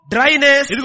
Dryness